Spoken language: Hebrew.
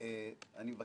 לחלק ציונים,